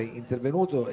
intervenuto